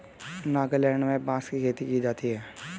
नागालैंड में बांस की खेती की जाती है